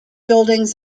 buildings